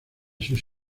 sus